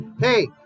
Hey